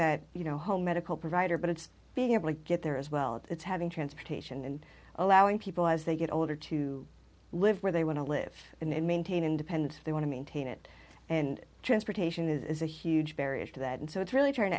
know home medical provider but it's being able to get there as well it's having transportation and allowing people as they get older to live where they want to live and maintain independent they want to maintain it and transportation is a huge barrier to that and so it's really trying to